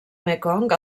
mekong